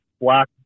black